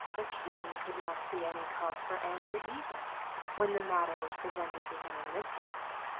the king could not see any cause for anger either when the matter was presented to him in this light,